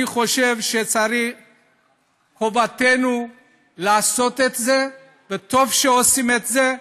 אני חושב שחובתנו לעשות את זה, וטוב שעושים את זה.